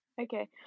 Okay